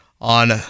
on